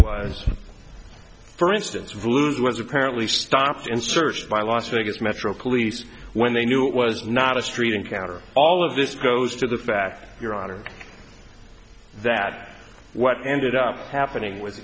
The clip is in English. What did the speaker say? was for instance of loos was apparently stopped and searched by las vegas metro police when they knew it was not a street encounter all of this goes to the fact your honor that what ended up happening w